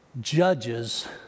judges